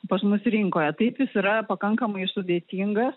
pas mus rinkoje taip jis yra pakankamai sudėtingas